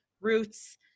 roots